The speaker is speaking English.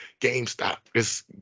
GameStop